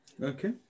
okay